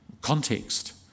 context